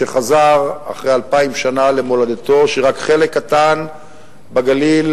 שחזר אחרי אלפיים שנה למולדתו, ורק חלק קטן בגליל,